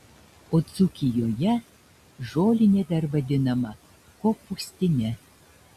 o dzūkijoje žolinė dar vadinama kopūstine